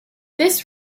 this